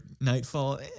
nightfall